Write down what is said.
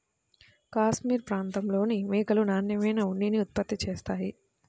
cashmere ప్రాంతంలోని మేకలు నాణ్యమైన ఉన్నిని ఉత్పత్తి చేస్తాయి